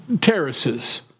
terraces